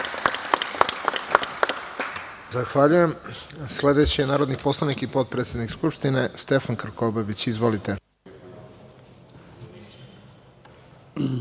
Zahvaljujem. Sledeći je narodni poslanik i potpredsednik Skupštine, Stefan Krkobabić. Izvolite.